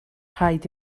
rhaid